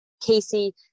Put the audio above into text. Casey